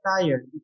tired